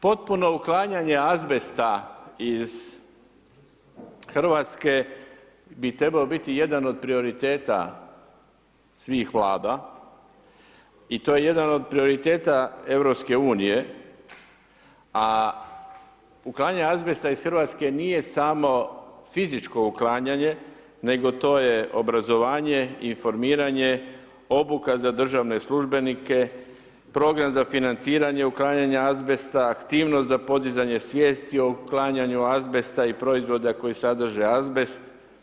Potpuno uklanjanje azbesta iz RH bi trebao biti jedan od prioriteta svih Vlada i to je jedan od prioriteta EU, a uklanjanje azbesta iz RH nije samo fizičko uklanjanje, nego to je obrazovanje, informiranje, obuka za državne službenike, program za financiranje uklanjanja azbesta, aktivnost za podizanje svijesti o uklanjanju azbesta i proizvoda koji sadrže azbest.